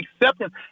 acceptance